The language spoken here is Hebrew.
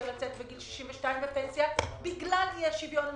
לצאת בגיל 62 לפנסיה בגלל אי השוויון המתמשך,